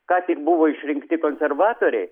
ką tik buvo išrinkti konservatoriai